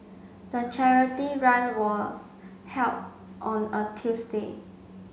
the charity run was held on a Tuesday